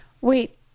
Wait